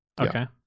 Okay